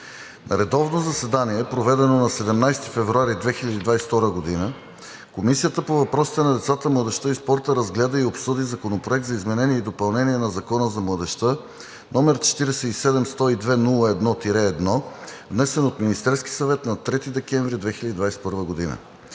На редовно заседание, проведено на 17 февруари 2022 г., Комисията по въпросите на децата, младежта и спорта разгледа и обсъди Законопроект за изменение и допълнение на Закона за младежта, № 47-102-01-1, внесен от Министерския съвет на 3 декември 2021 г.